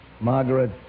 Margaret